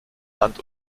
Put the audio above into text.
land